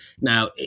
Now